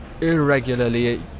irregularly